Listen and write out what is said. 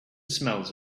smells